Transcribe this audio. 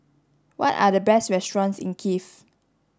what are the best restaurants in Kiev